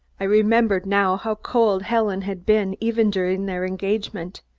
i remembered now how cold helen had been, even during their engagement,